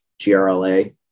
GRLA